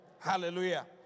Hallelujah